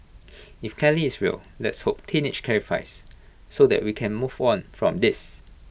if Kelly is real let's hope teenage clarifies so that we can move on from this